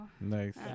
Nice